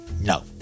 No